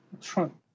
Trump